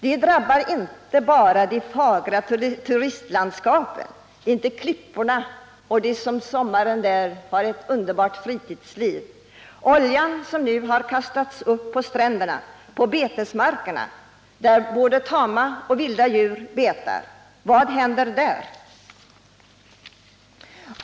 De drabbar inte bara det fagra turistlandskapet, inte bara klipporna och dem som där har ett underbart fritidsliv om sommaren — oljan som nu har kastats upp på stränderna har också drabbat betesmarkerna, där både vilda och tama djur betar. Vad händer där?